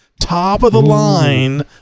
top-of-the-line